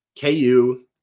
KU